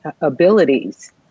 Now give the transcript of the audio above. abilities